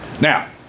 Now